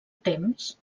temps